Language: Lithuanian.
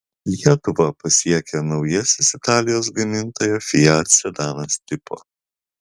lietuvą pasiekė naujasis italijos gamintojo fiat sedanas tipo